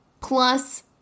plus